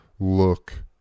look